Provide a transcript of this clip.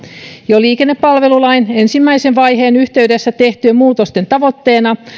jo liikennepalvelulain ensimmäisen vaiheen yhteydessä tehtyjen muutosten tavoitteena